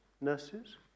nurses